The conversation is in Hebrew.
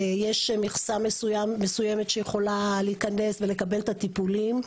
יש מכסה מסוימת שיכולה להיכנס ולקבל את הטיפולים.